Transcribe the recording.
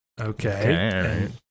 okay